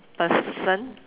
person